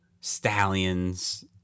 stallions